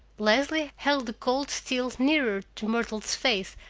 leslie held the cold steel nearer to myrtle's face,